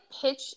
pitch